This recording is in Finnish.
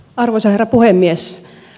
arvoisa herra puhemies